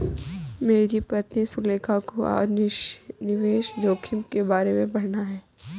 मेरी पत्नी सुलेखा को आज निवेश जोखिम के बारे में पढ़ना है